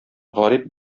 гарип